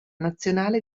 nazionale